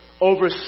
over